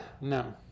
No